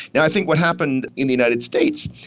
yeah i think what happened in the united states,